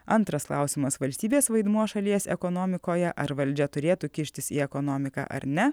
antras klausimas valstybės vaidmuo šalies ekonomikoje ar valdžia turėtų kištis į ekonomiką ar ne